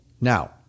Now